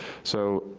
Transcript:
so,